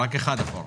רק אחד אחורה.